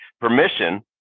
permission